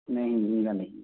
नहीं झींगा नहीं है